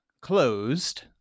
closed